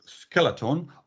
skeleton